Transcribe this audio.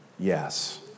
Yes